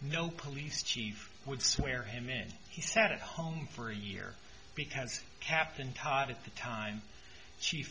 no police chief would swear him in he sat at home for a year because captain todd at the time s